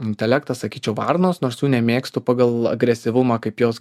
intelektą sakyčiau varnos nors jų nemėgstu pagal agresyvumą kaip jos